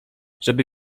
żeby